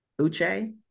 Uche